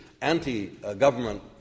anti-government